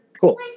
cool